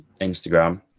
Instagram